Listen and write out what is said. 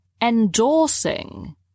endorsing